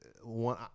one